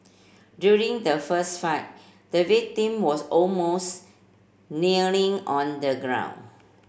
during the fist fight the victim was almost kneeling on the ground